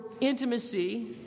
intimacy